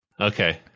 Okay